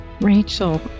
rachel